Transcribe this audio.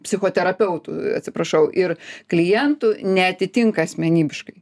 psichoterapeutų atsiprašau ir klientų neatitinka asmenybiškai